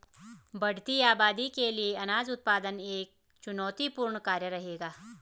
बढ़ती आबादी के लिए अनाज उत्पादन एक चुनौतीपूर्ण कार्य रहेगा